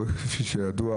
כפי שידוע,